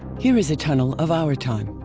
here is a tunnel of our time.